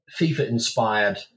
FIFA-inspired